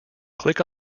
click